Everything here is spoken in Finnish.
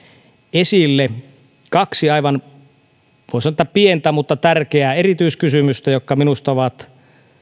esille kaksi aivan voi sanoa pientä mutta tärkeää erityiskysymystä jotka minusta ovat